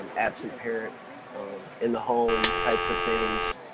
absent parent in the home types of things,